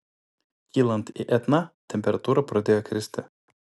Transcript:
kylant į etną temperatūra pradėjo kristi